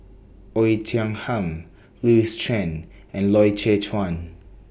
Oei Tiong Ham Louis Chen and Loy Chye Chuan